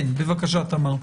בבקשה, תמר.